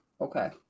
okay